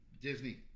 Disney